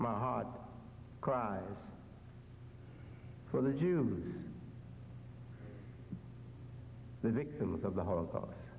my heart cries for the jews the victims of the holocaust